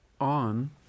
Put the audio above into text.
on